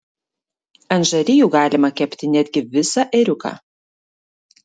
ant žarijų galima kepti netgi visą ėriuką